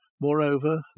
Moreover